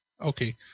Okay